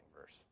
verse